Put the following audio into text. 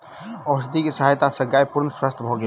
औषधि के सहायता सॅ गाय पूर्ण स्वस्थ भ गेल